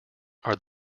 are